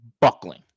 buckling